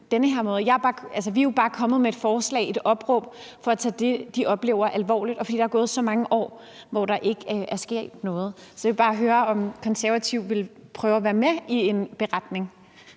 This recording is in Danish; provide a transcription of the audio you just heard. Vi er jo bare kommet med et forslag, et opråb, for at tage det, de oplever, alvorligt, og fordi der er gået så mange år, hvor der ikke er sket noget. Så jeg vil bare høre, om Konservative vil prøve at være med i en beretning.